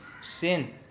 Sin